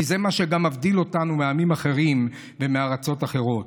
כי זה מה שמבדיל אותנו מעמים אחרים ומארצות אחרות.